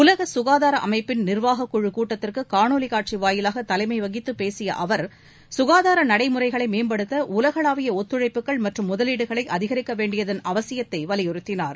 உலகசுகாதாரஅமைப்பின் நிர்வாக குழு கூட்டத்திற்குகாணொலிகாட்சிவாயிலாகதலைமைவகித்துபேசியஅவர் சுகாதாரநடைமுறைகளைமேம்படுத்தஉலகளாவியஒத்துழைப்புகள் மற்றும் முதலீடுகளைஅதிகரிக்கவேண்டியதன் அவசியத்தைவலியுறுத்தினார்